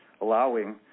allowing